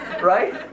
right